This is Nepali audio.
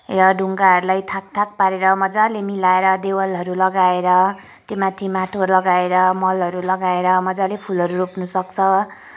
या ढुङ्गाहरूलाई थाक थाक पारेर मजाले मिलाएर देवलहरू लगाएर त्योमाथि माटो लगाएर मलहरू लगाएर मजाले फुलहरू रोप्नसक्छ